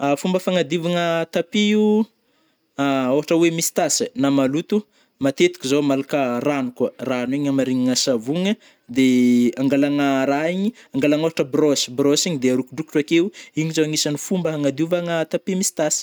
Fomba fagnadiovagna tapis o, a ôhatra oe misy tasy ai na maloto, matetiky zao malaka rano koa - rano igny amarignina savogno de angalagna rah igny angalagna ôhatra oe brôsy- brôsy igny de arokodrokotro akeo igny zao agnisany fomba agandiovana tapis misy tasy.